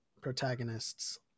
protagonists